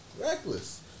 Reckless